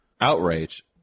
outrage